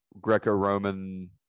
greco-roman